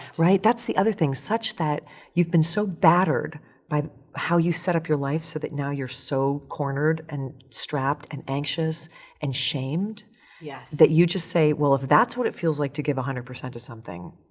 right? that's the other thing. such that you've been so battered by how you set up your life so that now you're so cornered and strapped and anxious and shamed yeah that you just say, well, if that's what it feels like to give one hundred percent to something,